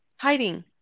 Hiding